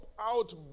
out